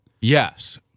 Yes